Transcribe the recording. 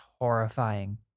horrifying